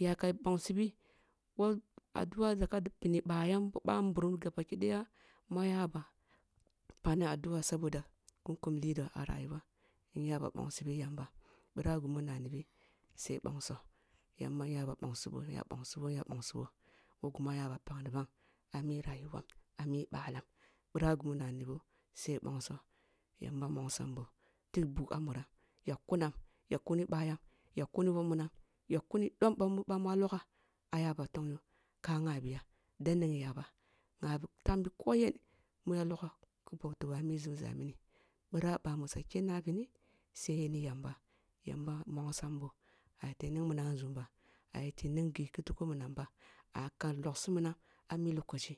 Nyaka bongsi bi wolo addua daka bwu ъah yam woh ъah nburum gaba ki daya ma ya ba pagni addua saboda kin kum lidua au rayuwa nya ba bongsi bi yamba ъnya ъa bongibo-nya bongsi bo-nya ъa bongsi bo who gimu aya ba pagni bam ah mi ah mih rayuwam ami ъalam ъira ghimun nana boh sai bongso yamba nbongsam boh toghu bugh ah muram yak kunam yak kuni ъah yam yak kuni who munam yakkun fom ъamu ъah logha aya bah tong yoh ka ngha bi yah da ning yaba nha bi tang bi ko yen muya logho ki pag dobo ah mi nzumza mini bira ba mu sa kenna ah bini sain, yamba-yamba nbongsam bo ayete ning minam ah nzum ba ayete ning ghi ki tuku minam ba aya ka logsi minam ah mih lokoshi